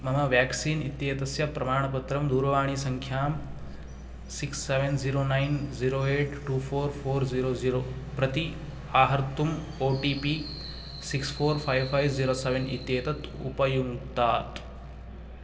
मम व्याक्सीन् इत्येतस्य प्रमाणपत्रं दूरवाणीसङ्ख्या six seven zero nine zero eight two four four zero zero प्रति आहर्तुम् OTP six four five five zero seven इत्येतत् उपयुङ्क्तात्